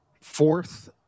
fourth